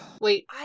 Wait